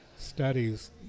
studies